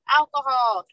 alcohol